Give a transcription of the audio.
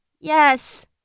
Yes